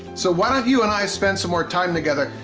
so why don't you and i spend some more time together.